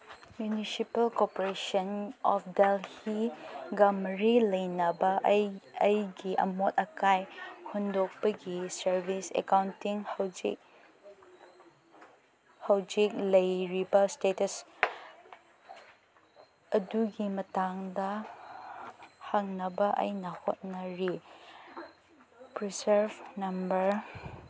municipal corporation of ꯗꯦꯜꯍꯤꯒ ꯃꯔꯤ ꯂꯩꯅꯕ ꯑꯩꯒꯤ ꯑꯃꯣꯠ ꯑꯀꯥꯏ ꯍꯨꯟꯗꯣꯛꯄꯒꯤ ꯁꯔꯚꯤꯁ ꯑꯦꯀꯥꯎꯟꯇꯤꯡ ꯍꯧꯖꯤꯛ ꯍꯧꯖꯤꯛ ꯂꯩꯔꯤꯕ ꯏꯁꯇꯦꯇꯁ ꯑꯗꯨꯒꯤ ꯃꯇꯥꯡꯗ ꯍꯪꯅꯕ ꯑꯩꯅ ꯍꯣꯠꯅꯔꯤ ꯄ꯭ꯔꯤꯁꯔꯞ ꯅꯝꯕꯔ